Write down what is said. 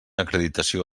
acreditació